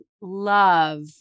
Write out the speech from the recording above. love